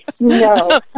No